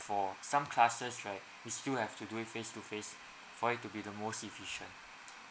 for some classes right we still have to do it face to face for it to be the most efficient